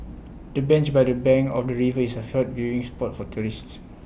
the bench by the bank of the river is A hot viewing spot for tourists